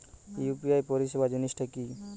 UPI পরিসেবা জিনিসটা কি?